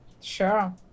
Sure